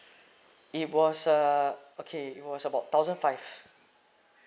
it was uh okay it was about thousand five